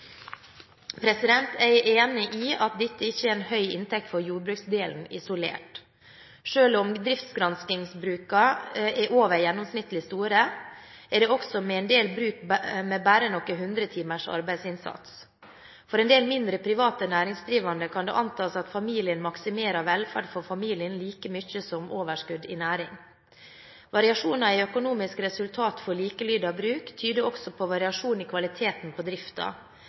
Jeg er enig i at dette ikke er en høy inntekt for jordbruksdelen isolert. Selv om driftsgranskingsbrukene er over gjennomsnittlig store, er det også med en del bruk med bare noen hundre timers arbeidsinnsats. For en del mindre private næringsdrivende kan det antas at familien maksimerer velferd for familien like mye som overskudd i næring. Variasjonene i økonomisk resultat for likeartede bruk tyder også på variasjon i kvaliteten på